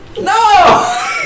No